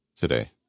today